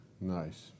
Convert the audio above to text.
Nice